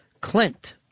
Clint